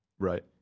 Right